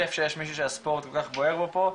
כיף שיש מישהו שהספורט כל כך בוער בו פה.